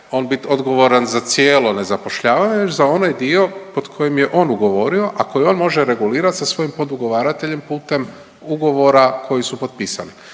on bit odgovoran za cijelo nezapošljavanje već za onaj dio pod kojim je on ugovorio, a koji on može regulirati sa svojim podugovarateljem putem ugovora koji su potpisali.